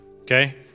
Okay